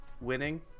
winning